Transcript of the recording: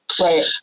Right